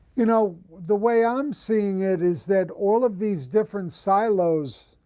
you know, the way i'm seeing it is that all of these different silos,